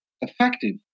effective